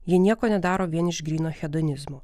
jie nieko nedaro vien iš gryno hedonizmo